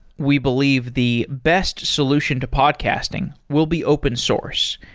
we believe the best solution to podcasting will be open source,